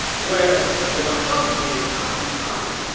well, you are come to me in happy time,